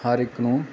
ਹਰ ਇੱਕ ਨੂੰ